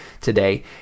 today